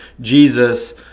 Jesus